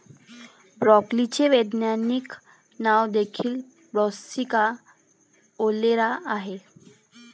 ब्रोकोलीचे वैज्ञानिक नाव देखील ब्रासिका ओलेरा आहे